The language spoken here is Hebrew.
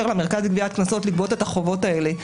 למרכז לגביית קנסות לגבות את החובות האלה.